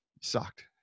Sucked